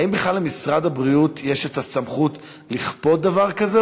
האם בכלל למשרד הבריאות יש סמכות לכפות דבר כזה,